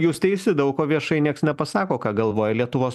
jūs teisi daug ko viešai nieks nepasako ką galvoja lietuvos